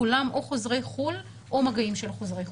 כולם או חוזרי חו"ל או מגעים של חוזרי חו"ל.